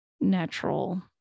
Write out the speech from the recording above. natural